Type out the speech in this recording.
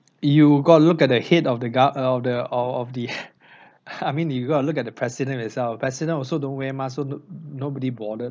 you got to look at the head of the gua~ of the of of the I mean you gotta look at the president itself president also don't wear mask so nobody bother